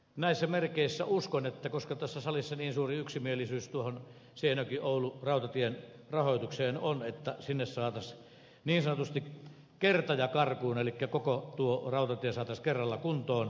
näissä merkeissä uskon koska tässä salissa on niin suuri yksimielisyys seinäjokioulu rautatien rahoituksesta että saataisiin rata niin sanotusti kerta ja karkuun elikkä koko rautatie kerralla kuntoon